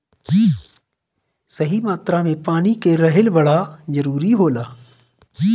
सही मात्रा में पानी के रहल बड़ा जरूरी होला